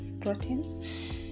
proteins